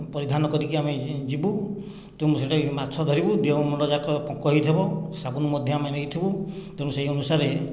ପରିଧାନ କରିକି ଆମେ ଯିବୁ ତେଣୁ ସେଇଠି ମାଛ ଧରିବୁ ଦେହ ମୁଣ୍ଡ ଯାକ ପଙ୍କ ହୋଇଥିବା ସାବୁନ ମଧ୍ୟ ଆମେ ନେଇଥିବୁ ତେଣୁ ସେହି ଅନୁସାରେ